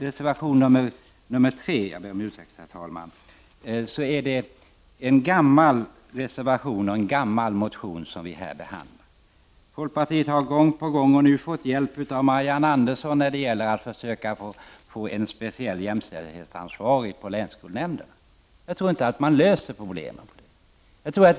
Reservation 3 grundar sig på en motion som vi behandlat flera gånger tidigare. Folkpartiet har gång på gång motionerat om en speciell jämställdhetsansvarig på länsskolnämnderna och nu fått hjälp av Marianne Andersson. Jag tror inte att man löser problemen på det sättet.